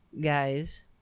guys